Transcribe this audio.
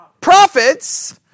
prophets